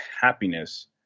happiness